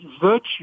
virtue